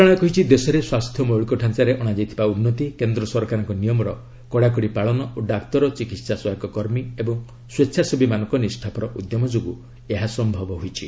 ମନ୍ତ୍ରଶାଳୟ କହିଛି ଦେଶରେ ସ୍ୱାସ୍ଥ୍ୟ ମୌଳିକ ଢାଞ୍ଚାରେ ଅଣାଯାଇଥିବା ଉନ୍ନତି କେନ୍ଦ୍ର ସରକାରଙ୍କ ନିୟମର କଡ଼ାକଡ଼ି ପାଳନ ଓ ଡାକ୍ତର ଚିକିତ୍ସା ସହାୟକ କର୍ମୀ ଏବଂ ସ୍ୱେଚ୍ଛାସେବୀମାନଙ୍କ ନିଷ୍ଠାପର ଉଦ୍ୟମ ଯୋଗୁଁ ଏହା ସମ୍ଭବ ହୋଇଛି